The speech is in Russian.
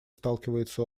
сталкивается